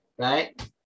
Right